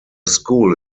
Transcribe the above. school